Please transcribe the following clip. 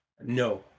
No